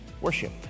worship